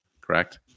correct